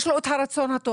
יש לו את הרצון הטוב,